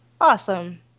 awesome